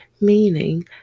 meaning